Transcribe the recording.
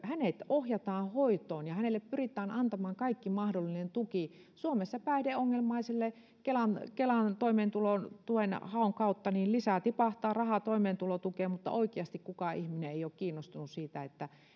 ohjataan hoitoon ja hänelle pyritään antamaan kaikki mahdollinen tuki suomessa päihdeongelmaiselle tipahtaa kelan toimeentulotuen haun kautta lisää rahaa toimeentulotukeen mutta oikeasti kukaan ihminen ei ole kiinnostunut siitä